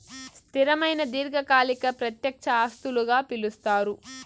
స్థిరమైన దీర్ఘకాలిక ప్రత్యక్ష ఆస్తులుగా పిలుస్తారు